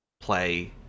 play